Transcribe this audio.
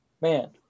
man